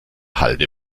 halde